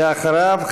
ואחריו,